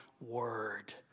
word